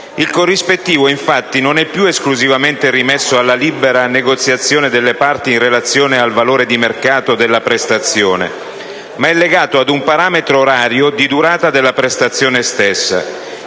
Il corrispettivo, infatti, non è più esclusivamente rimesso alla libera negoziazione delle parti in relazione al valore di mercato della prestazione, ma è legato ad un parametro orario di durata della prestazione stessa.